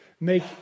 make